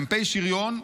מ"פ שריון,